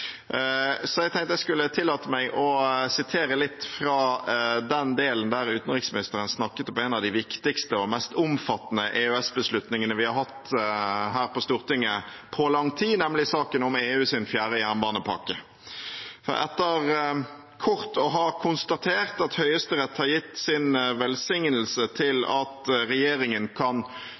Så jeg tenkte jeg skulle tillate meg å sitere litt fra den delen der utenriksministeren snakket om en av de viktigste og mest omfattende EØS-beslutningene vi har hatt her på Stortinget på lang tid, nemlig saken om EUs fjerde jernbanepakke. For etter kort å ha konstatert at Høyesterett har gitt sin velsignelse til at regjeringen kan